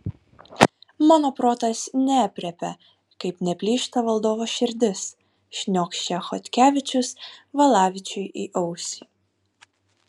mano protas neaprėpia kaip neplyšta valdovo širdis šniokščia chodkevičius valavičiui į ausį